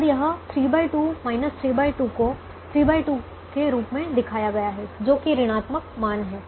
और यह 32 32 को 32 के रूप में दिखाया गया है जो कि ऋणात्मक मान है